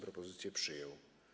propozycję przyjął.